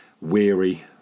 weary